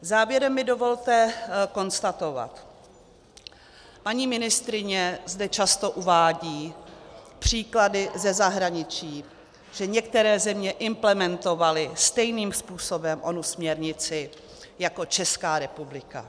Závěrem mi dovolte konstatovat, paní ministryně zde často uvádí příklady ze zahraničí, že některé země implementovaly stejným způsobem onu směrnici jako Česká republika.